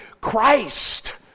Christ